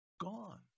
gone